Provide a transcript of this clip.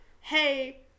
hey